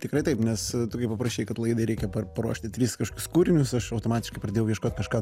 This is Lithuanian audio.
tikrai taip nes tu kai paprašei kad laidai reikia paruošti tris kažkokius kūrinius aš automatiškai pradėjau ieškot kažką